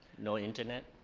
no internet?